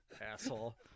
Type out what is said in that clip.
Asshole